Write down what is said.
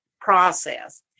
process